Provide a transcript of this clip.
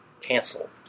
cancel